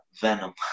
venom